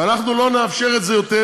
ואנחנו לא נאפשר את זה יותר,